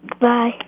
Bye